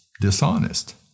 dishonest